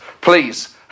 please